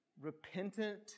repentant